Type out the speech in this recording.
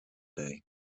day